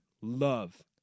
Love